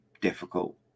difficult